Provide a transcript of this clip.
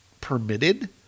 permitted